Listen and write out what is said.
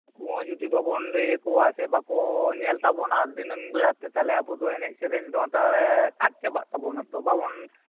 ᱩᱱᱠᱩ ᱦᱚᱸ ᱡᱩᱫᱤ ᱵᱟᱵᱚᱱ ᱞᱟᱹᱭ ᱟᱠᱚᱣᱟ ᱥᱮ ᱵᱟᱠᱚ ᱧᱮᱞ ᱛᱟᱵᱳᱱᱟ ᱫᱤᱱᱟᱹᱢ ᱵᱮᱲᱟ ᱛᱮ ᱛᱟᱦᱞᱮ ᱟᱵᱚ ᱫᱚ ᱮᱱᱮᱡ ᱥᱮᱹᱨᱮᱹᱧ ᱥᱟᱶᱛᱟᱨᱮ ᱟᱫ ᱪᱟᱵᱟᱜ ᱛᱟᱵᱚᱱᱟ ᱛᱳ ᱵᱟᱵᱚᱱ